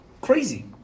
Crazy